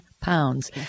pounds